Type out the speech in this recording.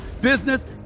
business